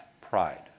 pride